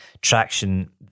traction